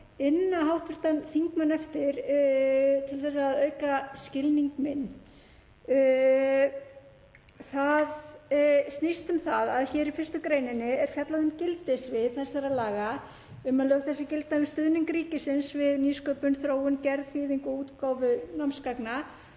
inna hv. þingmann eftir til að auka skilning minn. Það snýst um það að í 1. gr. er fjallað um gildissvið þessara laga, að lög þessi gildi um stuðning ríkisins við nýsköpun, þróun, gerð, þýðingu og útgáfu námsgagna